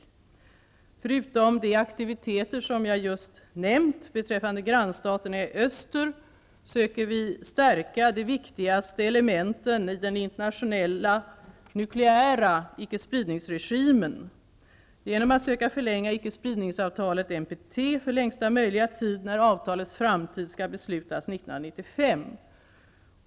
Förutom de aktiviteter som jag just nämnt beträffande grannstaterna i öster, söker vi stärka de viktigaste elementen i den internationella nukleära icke-spridningsregimen genom att söka förlänga icke-spridningsavtalet NPT för längsta möjliga tid när det skall fattas beslut om avtalets framtid 1995.